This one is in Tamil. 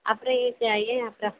அப்புறம் ஏ ஏன் அப்புறம்